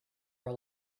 are